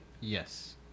Yes